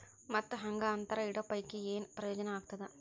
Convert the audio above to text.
ಮತ್ತ್ ಹಾಂಗಾ ಅಂತರ ಇಡೋ ಪೈಕಿ, ಏನ್ ಪ್ರಯೋಜನ ಆಗ್ತಾದ?